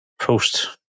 post